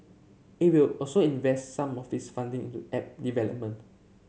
it will also invest some of its funding into app development